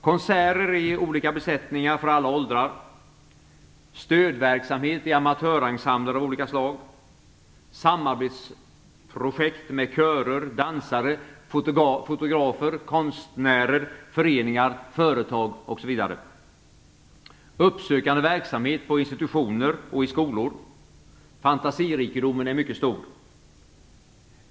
Konserter i olika besättningar, för alla åldrar, stödverksamhet i amatörensembler av olika slag, samarbetsprojekt med körer, dansare, fotografer, konstnärer, föreningar, företag, uppsökande verksamhet på institutioner och i skolor. Fantasirikedomen är mycket stor.